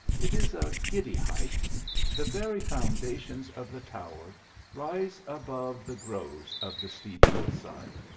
it is a giddy height the very foundations of the tower rise above the groves of the steep hill-side.